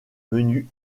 menus